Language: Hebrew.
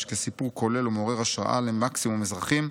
כסיפור כולל ומעורר השראה למקסימום אזרחים,